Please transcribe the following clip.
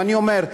ואני אומר: